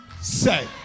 say